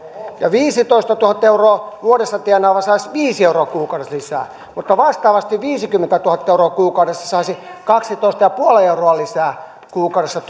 ja viisitoistatuhatta euroa vuodessa tienaava saisi viisi euroa kuukaudessa lisää mutta vastaavasti viisikymmentätuhatta euroa saava saisi kaksitoista pilkku viisi euroa lisää tuloja kuukaudessa